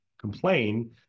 complain